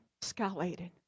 escalated